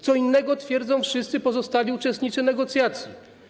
Co innego twierdzą wszyscy pozostali uczestnicy negocjacji.